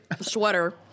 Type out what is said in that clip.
sweater